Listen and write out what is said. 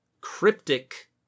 cryptic